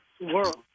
world